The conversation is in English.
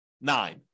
nine